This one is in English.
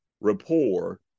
rapport